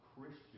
Christian